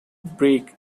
brick